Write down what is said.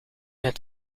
het